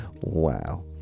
wow